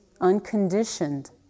unconditioned